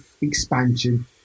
expansion